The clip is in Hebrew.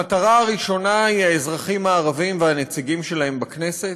המטרה הראשונה היא האזרחים הערבים והנציגים שלהם בכנסת,